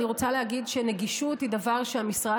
אני רוצה להגיד שנגישות היא דבר שהמשרד